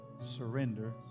surrender